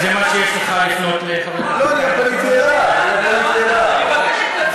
אתם רוצים להעיר את הדיון, אני מבין, הפנאטית.